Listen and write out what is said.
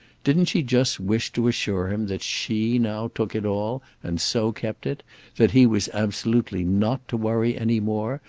didn't she just wish to assure him that she now took it all and so kept it that he was absolutely not to worry any more,